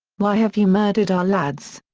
why have you murdered our lads?